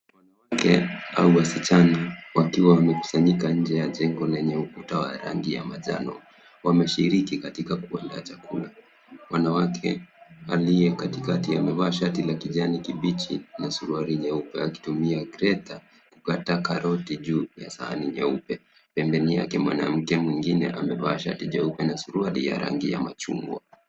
Wanawake au wasichana wakiwa wamekusanyika nje ye jengo lenye ukuta wa rangi ya manjano wameshiriki katika kuandaa chakula. Mwanamke aliye katikati amevaa shati la kijani kibichi na suruali nyeupe akitumia greta kukata karoti juu ya sahami nyeupe. Pembeni yake mwanamke mwengine amevaa shati jeupe na suruali ya rangi ya machungwa.